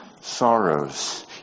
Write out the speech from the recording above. sorrows